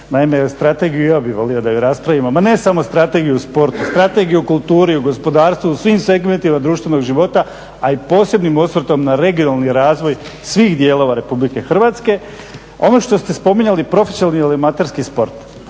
Naime, strategiju i ja bih volio da ju raspravimo. Ma ne samo strategiju u sportu, strategiju u kulturi, u gospodarstvu, u svim segmentima društvenog života a i posebnim osvrtom na regionalni razvoj svih dijelova Republike Hrvatske. Ono što ste spominjali profesionalni ili amaterski sport.